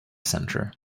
centre